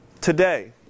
today